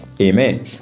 Amen